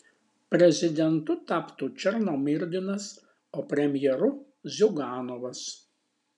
prezidentu taptų černomyrdinas o premjeru ziuganovas